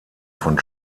von